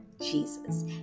Jesus